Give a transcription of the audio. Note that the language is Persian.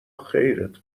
خیرت